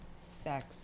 sex